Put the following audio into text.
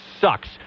sucks